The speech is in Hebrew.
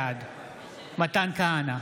בעד מתן כהנא,